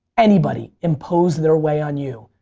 anybody impose their way on you.